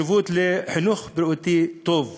החינוך הבריאותי הטוב: